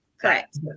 Correct